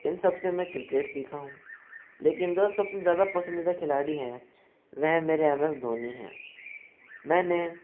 इन सबसे मैं क्रिकेट सीखा हूँ लेकिन जो सबसे ज़्यादा पसंदीदा खिलाड़ी हैं वह मेरे एम एस धोनी है मैंने